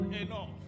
enough